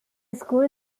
school